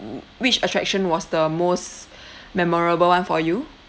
which attraction was the most memorable one for you